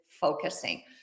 focusing